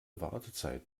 wartezeit